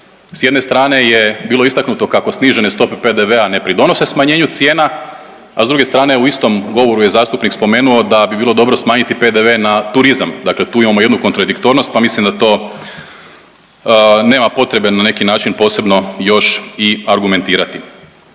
S jedne strane je bilo istaknuto kako snižene stope PDV-a ne pridonose smanjenju cijena, a s druge strane u istom govoru je zastupnik spomenuo da bi bilo dobro smanjiti PDV na turizam, dakle tu imamo jednu kontradiktornost, pa mislim da to nema potrebe na neki način posebno još i argumentirati.